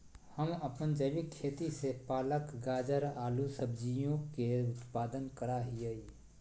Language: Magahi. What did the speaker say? हम अपन जैविक खेती से पालक, गाजर, आलू सजियों के उत्पादन करा हियई